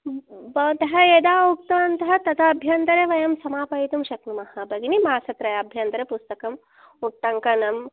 भवन्तः यदा उक्तवन्तः तदा अभ्यन्तरे वयं समापयितुं शक्नुमः भगिनि मासत्रयाभ्यन्तरे पुस्तकम् उट्टङ्कनम्